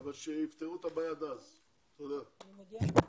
תודה רבה.